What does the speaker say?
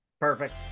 Perfect